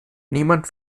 niemand